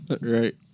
Right